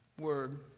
word